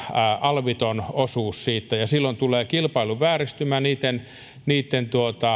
alviton osuus siitä silloin tulee kilpailuvääristymä niitten niitten